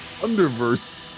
Underverse